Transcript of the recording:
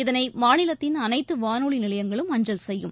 இதனை மாநிலத்தின் அனைத்து வானொலி நிலையங்களும் அஞ்சல் செய்யும்